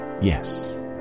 yes